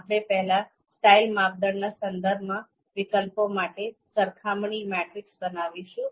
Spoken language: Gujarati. આપણે પહેલા સ્ટાઇલ માપદંડના સંદર્ભમાં વિકલ્પો માટે સરખામણી મેટ્રિક્સ બનાવીશું